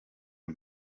hey